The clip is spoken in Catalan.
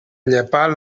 llepar